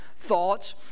thoughts